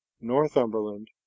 Northumberland